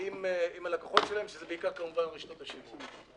עם הלקוחות שלהם, שאלה בעיקר כמובן רשתות השיווק.